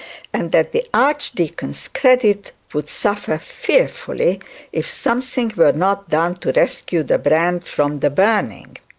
and that the archdeacon's credit would suffer fearfully if something were not done to rescue the brand from the burning.